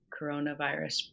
coronavirus